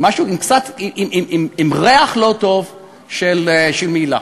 משהו עם ריח לא טוב של מעילה.